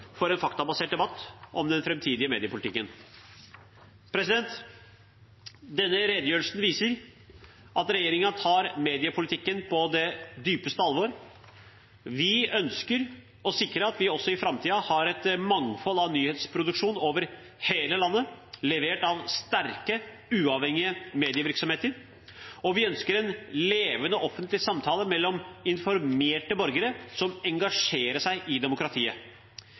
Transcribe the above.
for en faktabasert debatt om den framtidige mediepolitikken. Denne redegjørelsen viser at regjeringen tar mediepolitikken på det dypeste alvor. Vi ønsker å sikre at vi også i framtiden har et mangfold av nyhetsproduksjon over hele landet, levert av sterke, uavhengige medievirksomheter. Og vi ønsker en levende offentlig samtale mellom informerte borgere som engasjerer seg i demokratiet.